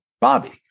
Bobby